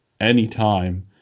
anytime